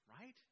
right